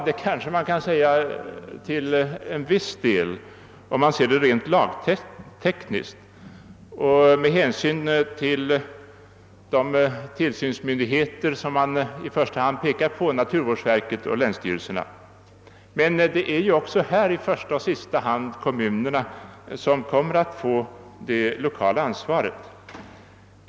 Det kan man säga att det är till en viss del, om man ser det rent lagtekniskt och med hänsyn till de tillsynsmyndigheter man i första hand pekar på, naturvårdsverket och länsstyrelserna. Men det är ju också här i första och sista hand kommunerna som kommer att få det lokala ansvaret.